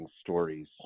stories